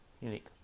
unique